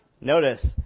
notice